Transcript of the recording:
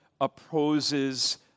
opposes